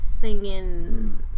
singing